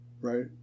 right